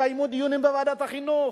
התקיימו דיונים בוועדת החינוך,